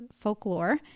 folklore